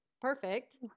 Perfect